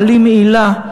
מעלים עילה,